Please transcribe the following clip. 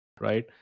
right